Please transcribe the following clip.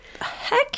Heck